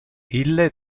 ille